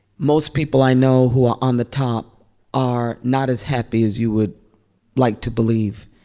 most people i know who are on the top are not as happy as you would like to believe.